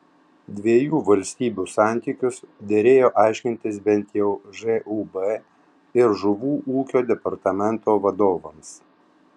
dviejų valstybių santykius derėjo aiškintis bent jau žūb ir žuvų ūkio departamento vadovams